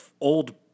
old